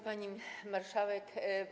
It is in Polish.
Pani Marszałek!